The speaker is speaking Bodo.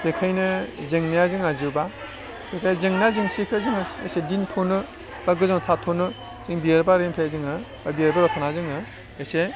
बेखायनो जेंनाया जोंहा जोबा बेखाय जेना जेंसिखो जोङो इसे दिन्थ'नो बा गोजानाव थाथ'नो जों बिबार बारिनिफ्राय जोङो बा बिबार बारियाव थाना जोङो एसे